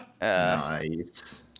Nice